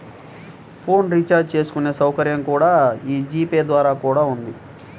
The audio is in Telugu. ఫోన్ రీచార్జ్ చేసుకునే సౌకర్యం కూడా యీ జీ పే ద్వారా కూడా ఉంది